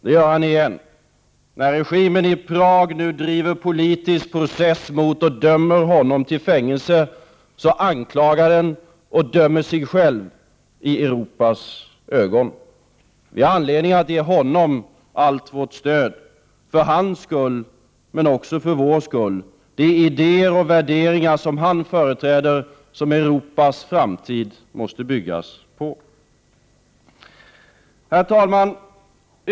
Han gör det igen. När regimen i Prag nu driver politisk process mot honom och dömer honom till fängelse, anklagar den och dömer sig själv i Europas ögon. Vi har anledning att ge honom allt vårt stöd, för hans skull, men också för vår egen. De idéer och värderingar han företräder är det Europas framtid måste byggas på. Herr talman!